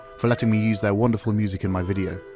for letting me use their wonderful music in my video.